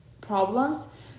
problems